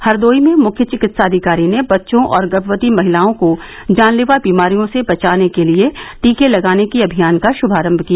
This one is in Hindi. हरदोई में मुख्य विकित्साधिकारी ने बच्चों और गर्भवती महिलाओं को जानलेवा बीमारियों से बचाने के लिए टीके लगाने के अभियान का श्भारंभ किया